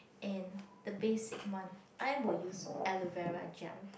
and the basic one I will use aloe vera gel